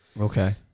Okay